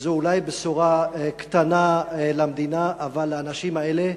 זו אולי בשורה קטנה למדינה, אבל לאנשים האלה,